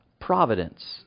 providence